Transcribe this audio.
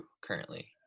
currently